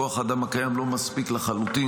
כוח האדם הקיים לא מספיק לחלוטין,